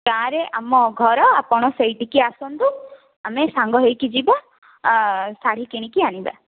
ଗାଁ ରେ ଆମ ଘର ଆପଣ ସେଇଠିକୁ ଆସନ୍ତୁ ଆମେ ସାଙ୍ଗ ହୋଇକି ଯିବା ଆଉ ଶାଢ଼ୀ କିଣିକି ଆଣିବା